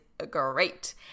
great